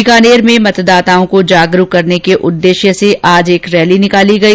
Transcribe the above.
बीकानेर में मतदाताओं को जागरूक करने के उद्देश्य से आज एक रैली निकाली गई